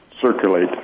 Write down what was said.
circulate